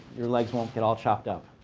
your legs won't get all chopped up.